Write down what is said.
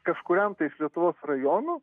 kažkuriam tai iš lietuvos rajonų